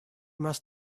must